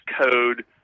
code